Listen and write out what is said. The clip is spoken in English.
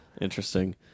Interesting